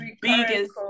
biggest